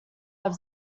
have